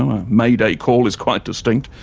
a mayday call is quite distinct,